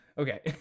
Okay